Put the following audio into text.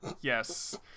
Yes